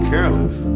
Careless